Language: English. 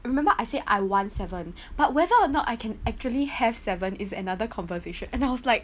I remember I said I want seven but whether or not I can actually have seven is another conversation and I was like